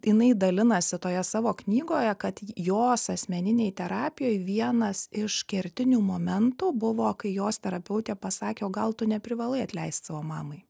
jinai dalinasi toje savo knygoje kad jos asmeninėj terapijoj vienas iš kertinių momentų buvo kai jos terapeutė pasakė o gal tu neprivalai atleist savo mamai